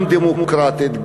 גם דמוקרטית,